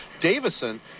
Davison